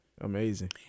Amazing